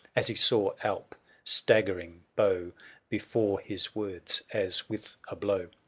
as he saw alp staggering bow before his words, as with a blow.